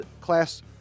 Class